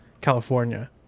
California